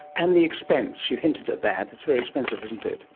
and the expense? you hinted at that. it's very expensive, isn't it?